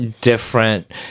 different